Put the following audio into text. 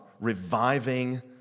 reviving